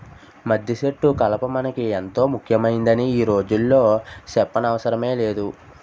మద్దిసెట్టు కలప మనకి ఎంతో ముక్యమైందని ఈ రోజుల్లో సెప్పనవసరమే లేదు